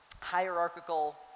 hierarchical